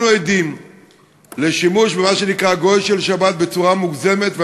אנחנו עדים לשימוש במה שנקרא "גוי של שבת" בצורה מוגזמת,